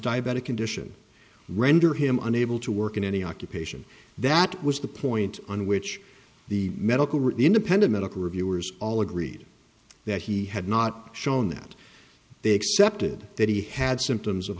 diabetic condition render him unable to work in any occupation that was the point in which the medical really independent medical reviewers all agreed that he had not shown that they accepted that he had symptoms of